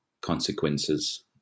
consequences